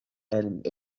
and